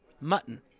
Mutton